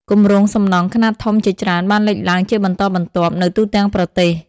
គម្រោងសំណង់ខ្នាតធំជាច្រើនបានលេចឡើងជាបន្តបន្ទាប់នៅទូទាំងប្រទេស។